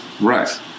Right